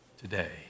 today